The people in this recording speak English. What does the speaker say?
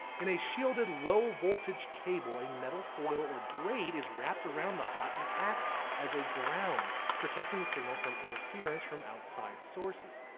in a shielded low voltage cable, a metal foil or braid is wrapped around the hot and acts as the ground protecting the signal from interference from outside sources.